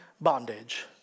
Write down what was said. bondage